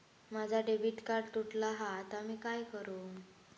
माझा debit card तुटला हा आता मी काय करू?